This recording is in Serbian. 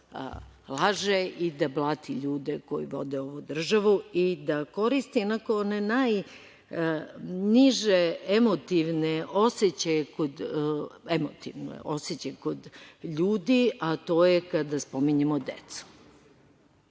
laže i da blati ljude koji vode ovu državu i da koristi onako one najniže emotivne osećaje kod ljudi a to je kada spominjemo decu.